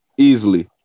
easily